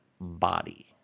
body